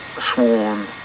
sworn